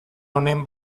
honen